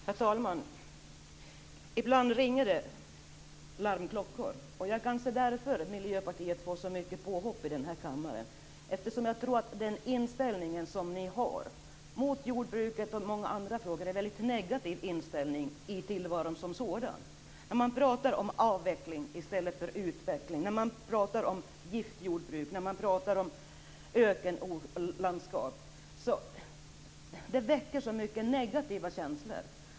Herr talman! Ibland ringer larmklockor. Det är kanske därför som det är så många påhopp från Miljöpartiet i kammaren. Den inställning ni har mot jordbruket och många andra frågor visar en negativ inställning i tillvaron som sådan. Ni pratar om avveckling i stället för utveckling. Ni pratar om giftjordbruk. Ni pratar om ökenlandskap. Det väcker så mycket negativa känslor.